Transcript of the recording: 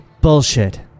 Bullshit